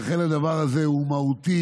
לכן הדבר הזה הוא מהותי.